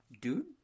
dude